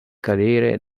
cadere